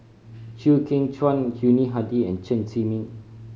Chew Kheng Chuan Yuni Hadi and Chen Zhiming